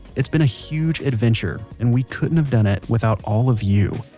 it's been a huge adventure and we couldn't have done it without all of you.